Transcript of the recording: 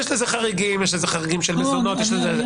יש לזה חריגים של מזונות וכדומה.